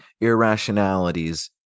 irrationalities